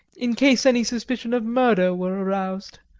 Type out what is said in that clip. in case any suspicion of murder were aroused.